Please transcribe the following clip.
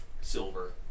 silver